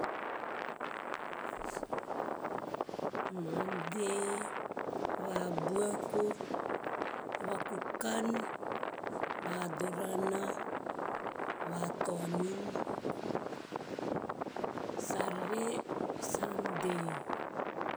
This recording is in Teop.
Monday, vabuaku, vakukan, vadorana, vataonim, sarere, sande.